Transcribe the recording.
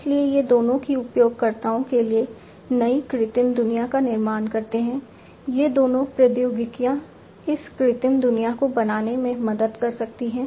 इसलिए ये दोनों ही उपयोगकर्ताओं के लिए नई कृत्रिम दुनिया का निर्माण करते हैं ये दोनों प्रौद्योगिकियां इस कृत्रिम दुनिया को बनाने में मदद कर सकती हैं